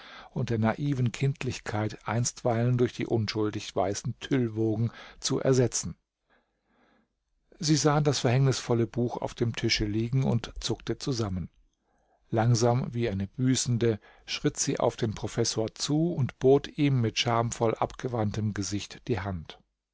und der naiven kindlichkeit einstweilen durch die unschuldig weißen tüllwogen zu ersetzen sie sah das verhängnisvolle buch auf dem tische liegen und zuckte zusammen langsam wie eine büßende schritt sie auf den professor zu und bot ihm mit schamvoll abgewandtem gesicht die hand